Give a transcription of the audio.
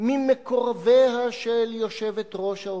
ממקורביה של יושבת-ראש האופוזיציה,